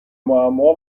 معما